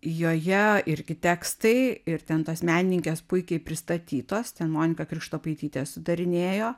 joje irgi tekstai ir ten tos meninkės puikiai pristatytos ten monika krikštopaitytė sudarinėjo